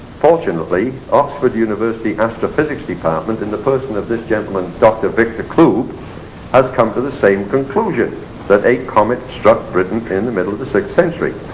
fortunately, oxford university astrophysics department in the person of this gentleman dr. victor clube has come to the same conclusion that a comet struck britain in the middle of the sixth century.